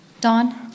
Don